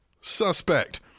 Suspect